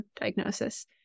diagnosis